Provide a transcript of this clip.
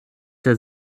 der